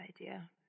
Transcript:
idea